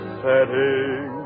setting